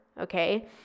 okay